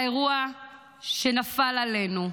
האירוע שנפל עלינו,